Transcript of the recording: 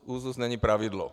Úzus není pravidlo.